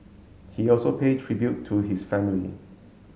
he also paid tribute to his family